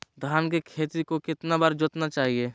धान के खेत को कितना बार जोतना चाहिए?